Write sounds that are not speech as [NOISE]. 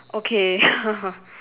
okay [LAUGHS]